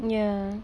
ya